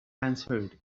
answered